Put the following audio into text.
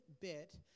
bit